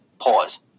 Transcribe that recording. Pause